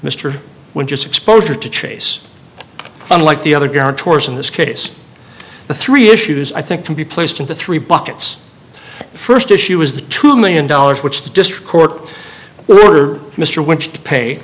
mr wynn just exposure to chase unlike the other guarantors in this case the three issues i think can be placed into three buckets the first issue is the two million dollars which the district court will order mr